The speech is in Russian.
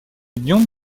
днем